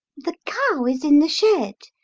the cow is in the shed,